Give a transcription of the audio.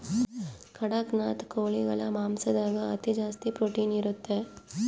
ಕಡಖ್ನಾಥ್ ಕೋಳಿಗಳ ಮಾಂಸದಾಗ ಅತಿ ಜಾಸ್ತಿ ಪ್ರೊಟೀನ್ ಇರುತ್ತೆ